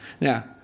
Now